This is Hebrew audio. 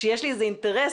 היא הודיעה לבית המשפט,